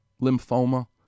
lymphoma